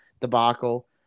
debacle